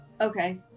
okay